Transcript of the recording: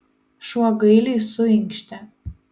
šuo gailiai suinkštė